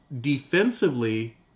defensively